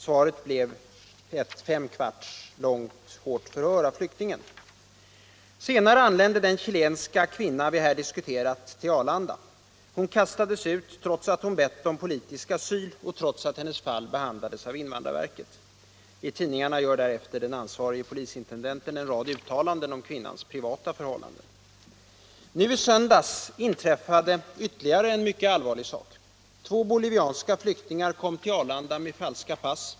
Svaret blev ett fem kvarts förhör med flyktingen. Senare anlände den chilenska kvinna vi här diskuterat till Arlanda. Hon kastades ut trots att hon bett om politisk asyl och trots att hennes fall behandlades av invandrarverket. I tidningarna gör därefter den ansvarige polisintendenten en rad uttalanden om kvinnans privata förhållanden. Nu i söndags inträffade ytterligare en mycket allvarlig sak. Två bolivianska flyktingar kom till Arlanda med falska pass.